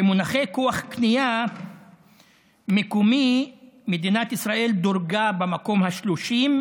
במונחי כוח קנייה מקומי מדינת ישראל דורגה במקום ה-30,